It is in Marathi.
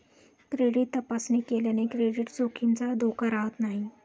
क्रेडिट तपासणी केल्याने क्रेडिट जोखमीचा धोका राहत नाही